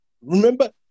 Remember